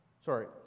sorry